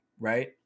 right